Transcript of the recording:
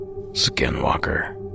skinwalker